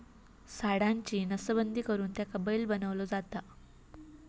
सांडाची नसबंदी करुन त्याका बैल बनवलो जाता